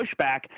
pushback